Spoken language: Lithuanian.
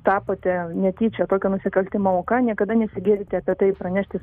tapote netyčia tokio nusikaltimo auka niekada nesigėdykite apie tai pranešti